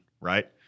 right